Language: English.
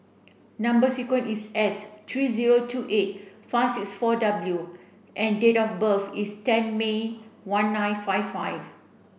number sequence is S three zero two eight five six four W and date of birth is ten May one nine five five